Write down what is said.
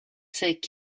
sec